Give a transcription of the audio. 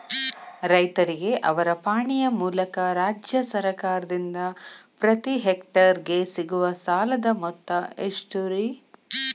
ರೈತರಿಗೆ ಅವರ ಪಾಣಿಯ ಮೂಲಕ ರಾಜ್ಯ ಸರ್ಕಾರದಿಂದ ಪ್ರತಿ ಹೆಕ್ಟರ್ ಗೆ ಸಿಗುವ ಸಾಲದ ಮೊತ್ತ ಎಷ್ಟು ರೇ?